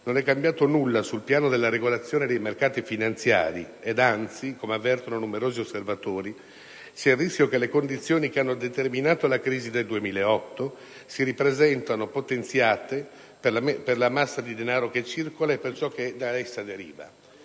non è cambiato nulla sul piano della regolazione dei mercati finanziari; anzi, come avvertono numerosi osservatori, vi è il rischio che le condizioni che hanno determinato la crisi del 2008 si ripresentino potenziate per la massa di denaro che circola e per ciò che ne deriva.